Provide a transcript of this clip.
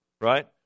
right